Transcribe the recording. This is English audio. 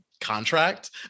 contract